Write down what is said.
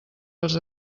els